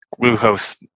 glucose